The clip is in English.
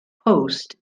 post